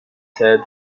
said